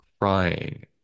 crying